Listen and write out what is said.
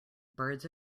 birds